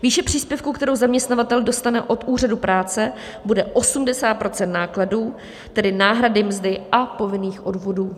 Výše příspěvku, kterou zaměstnavatel dostane od úřadu práce, bude 80 % nákladů, tedy náhrady mzdy a povinných odvodů.